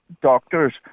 doctors